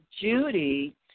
Judy